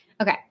Okay